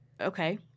Okay